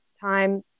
time